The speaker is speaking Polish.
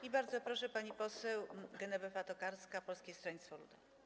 I bardzo proszę, pani poseł Genowefa Tokarska, Polskie Stronnictwo Ludowe.